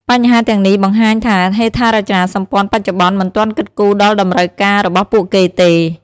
បញ្ហាទាំងនេះ បង្ហាញថាហេដ្ឋារចនាសម្ព័ន្ធបច្ចុប្បន្ន មិនទាន់គិតគូរដល់តម្រូវការរបស់ពួកគេទេ។